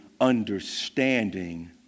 understanding